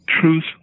Truth